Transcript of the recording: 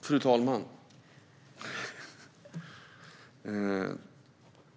Fru talman!